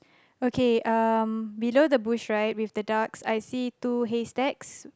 okay um below the bush right with the ducks I see two haystacks